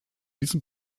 diesem